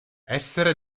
essere